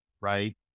right